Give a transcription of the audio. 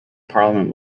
parliament